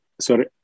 Sorry